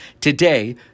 Today